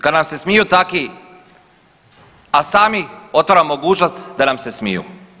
Kad nam se smiju taki, a sami otvaramo mogućnost da nam se smiju.